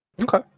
Okay